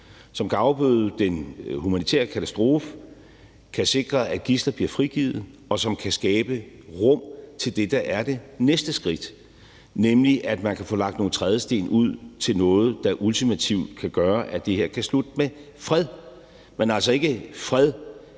kan afbøde den humanitære katastrofe, som kan sikre, at gidsler bliver frigivet, og som kan skabe rum til det, der er det næste skridt, nemlig at man kan få lagt nogle trædesten ud til noget, der ultimativt kan gøre, at det her kan slutte med fred, men altså ikke fred